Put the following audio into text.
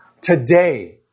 today